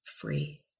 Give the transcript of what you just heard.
free